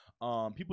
People